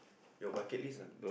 your bucket list ah